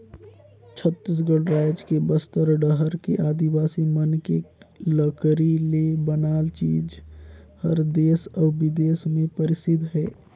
छत्तीसगढ़ रायज के बस्तर डहर के आदिवासी मन के लकरी ले बनाल चीज हर देस अउ बिदेस में परसिद्ध हे